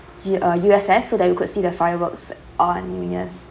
U uh U_S_S so that we could see the fireworks on new year's